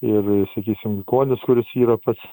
ir sakysim konis kuris yra pats